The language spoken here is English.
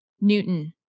Newton